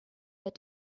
that